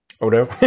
Odo